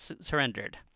surrendered